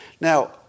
Now